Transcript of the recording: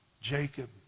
Jacob